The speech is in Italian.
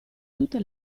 tutte